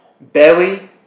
belly